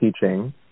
teaching